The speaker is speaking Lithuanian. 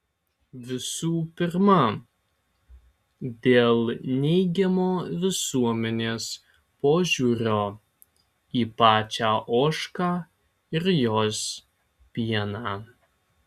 visų pirma dėl neigiamo visuomenės požiūrio į pačią ožką ir jos pieną